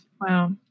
Wow